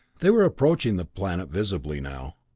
they were approaching the planet visibly now.